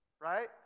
right